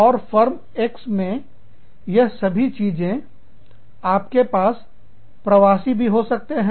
और form X मे यह सभी चीजें आपके पास प्रवासी भी हो सकते हैं